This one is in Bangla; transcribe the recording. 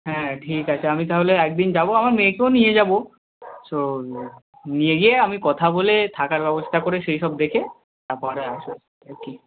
হ্যাঁ ঠিক আছে আমি তাহলে একদিন যাব আমার মেয়েকেও নিয়ে যাব সো নিয়ে গিয়ে আমি কথা বলে থাকার ব্যবস্থা করে সেই সব দেখে তারপরে আসবো আর কি